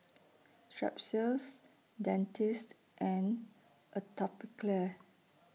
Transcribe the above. Strepsils Dentiste and Atopiclair